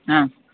ആ